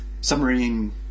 submarine